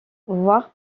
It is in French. voir